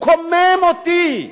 מקומם אותי,